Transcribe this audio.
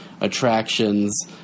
attractions